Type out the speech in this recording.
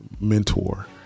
mentor